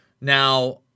Now